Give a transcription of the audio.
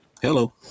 Hello